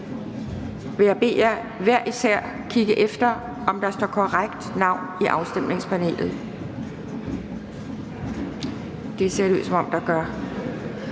bede jer hver især kigge efter, om der står korrekt navn i jeres afstemningspanel. Det ser det ud som om der gør.